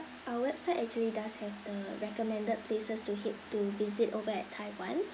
our website actually does have the recommended places to hit to visit over at taiwan